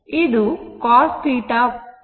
ಇದು cos θ ಇರುತ್ತದೆ